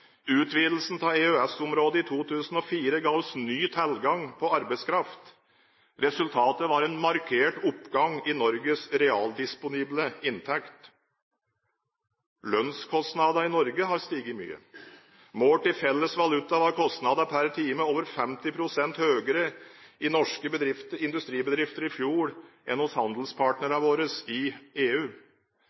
Utvidelsen av EØS-området i 2004 ga oss ny tilgang på arbeidskraft. Resultatet var en markert oppgang i Norges realdisponible inntekt. Lønnskostnadene i Norge har steget mye. Målt i felles valuta var kostnadene per time over 50 pst. høyere i norske industribedrifter i fjor enn hos våre handelspartnere i EU.